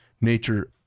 nature